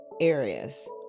areas